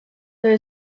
there